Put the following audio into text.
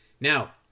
now